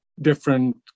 different